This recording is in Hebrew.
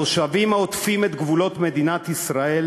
התושבים העוטפים את גבולות מדינת ישראל